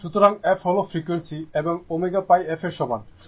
সুতরাং f হল frequency এবং ω 2πf এর সমান